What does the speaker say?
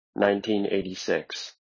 1986